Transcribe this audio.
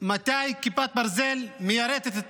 מתי כיפת ברזל מיירטת את הטילים.